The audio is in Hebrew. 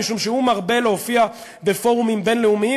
מפני שהוא מרבה להופיע בפורמים בין-לאומיים